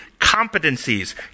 competencies